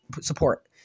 support